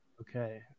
Okay